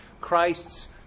Christ's